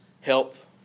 health